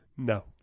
No